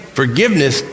forgiveness